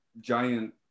giant